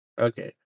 okay